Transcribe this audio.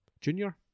Junior